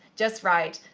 just write,